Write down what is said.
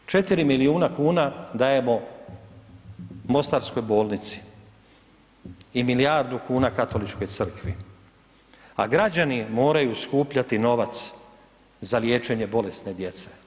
Mi 4 milijuna kuna dajemo mostarskoj bolnici i milijardu kuna Katoličkoj crkvi, a građani moraju skupljati novac za liječenje bolesne djece.